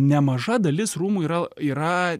nemaža dalis rūmų yra yra